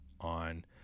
on